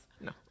no